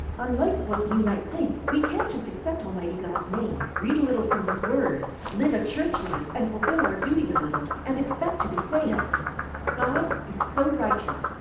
unlike what we might think, we can't just accept almighty god's name, read a little from his word, live a church life and fulfill our duty a little, and expect to be saved. god is so righteous,